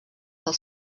del